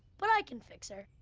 but i can fix her.